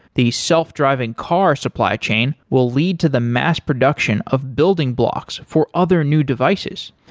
the self-driving car supply chain will lead to the mass production of building blocks for other new devices.